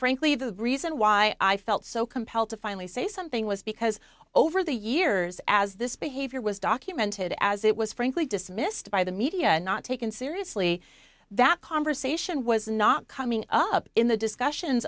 frankly the reason why i felt so compelled to finally say something was because over the years as this behavior was documented as it was frankly dismissed by the media and not taken seriously that conversation was not coming up in the discussions